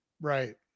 Right